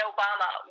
Obama